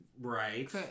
Right